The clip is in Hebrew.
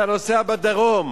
אתה נוסע בדרום,